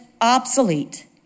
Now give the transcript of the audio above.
obsolete